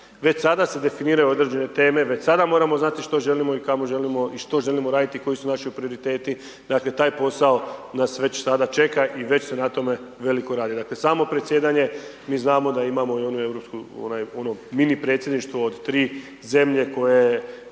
već sada se definiraju određene teme, već sada moramo znati što želimo i kamo želimo i što želimo raditi i koji su naši prioriteti, dakle, taj posao nas već sada čeka i već se na tome veliko radi. Dakle, samo predsjedanje, mi znamo da imamo i onu europsku, onaj, ono mini predsjedništvo od 3 zemlje koje